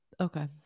Okay